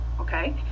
okay